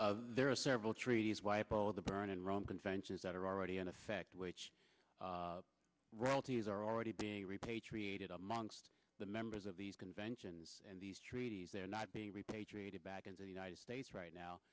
sir there are several treaties with the burn and run conventions that are already in effect which royalties are already being repatriated amongst the members of these conventions and these treaties they're not being repatriated back in the united states right now